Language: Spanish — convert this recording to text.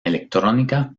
electrónica